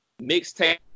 mixtape